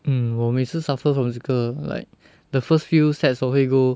mm 我每次 suffer from 这个 like the first few sets 我会 go